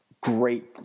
great